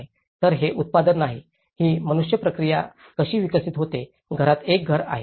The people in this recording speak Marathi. तर हे उत्पादन नाही ही मनुष्य प्रक्रिया कशी विकसित होते घरात एक घर आहे